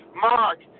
Mark